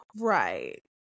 right